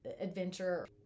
adventure